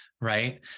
right